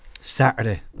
Saturday